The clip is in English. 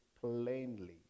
plainly